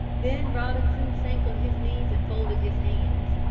then robinson sank on his knees and folded his hands.